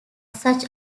such